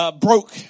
broke